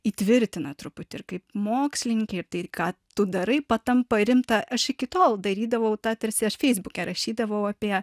įtvirtina truputį ir kaip mokslininkę ir tai ką tu darai patampa rimta aš iki tol darydavau tą tarsi aš feisbuke rašydavau apie